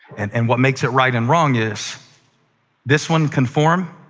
and and what makes it right and wrong is this one, conform,